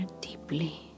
deeply